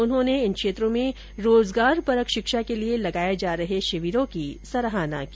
उन्होंने जनजाति क्षेत्र में रोजगारपरक शिक्षा के लिए लगाये जा रहे शिविरों की सराहना की